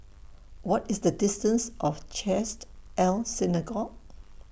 What IS The distance of Chesed El Synagogue